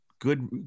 good